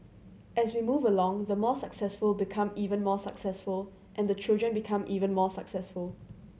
as we move along the more successful become even more successful and the children become even more successful